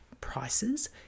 prices